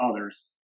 others